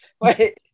Wait